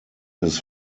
his